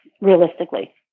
realistically